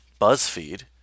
BuzzFeed